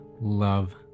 love